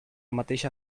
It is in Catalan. mateixa